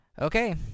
okay